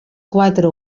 quatre